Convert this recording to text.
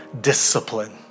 discipline